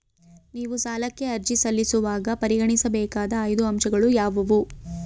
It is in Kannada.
ನೀವು ಸಾಲಕ್ಕೆ ಅರ್ಜಿ ಸಲ್ಲಿಸುವಾಗ ಪರಿಗಣಿಸಬೇಕಾದ ಐದು ಅಂಶಗಳು ಯಾವುವು?